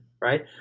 Right